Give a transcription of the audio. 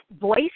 voice